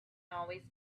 always